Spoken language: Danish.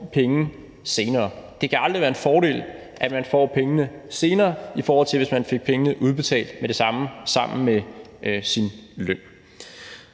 penge senere. Det kan aldrig være en fordel, at man får pengene senere, i forhold til hvis man fik pengene udbetalt med det samme sammen med sin løn.